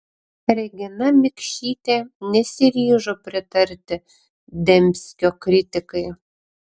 regina mikšytė nesiryžo pritarti dembskio kritikai